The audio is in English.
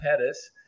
Pettis